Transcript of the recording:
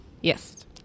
Yes